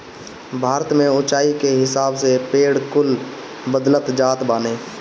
भारत में उच्चाई के हिसाब से पेड़ कुल बदलत जात बाने